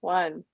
one